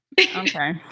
Okay